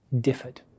differed